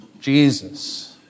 Jesus